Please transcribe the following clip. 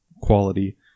quality